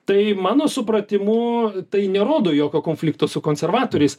tai mano supratimu tai nerodo jokio konflikto su konservatoriais